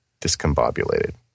discombobulated